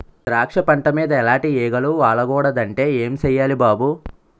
ద్రాక్ష పంట మీద ఎలాటి ఈగలు వాలకూడదంటే ఏం సెయ్యాలి బాబూ?